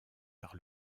par